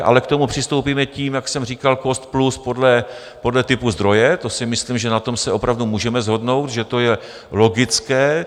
Ale k tomu přistoupíme tím, jak jsem říkal, cost plus podle typu zdroje, to si myslím, že na tom se opravdu můžeme shodnout, že to je logické.